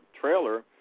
trailer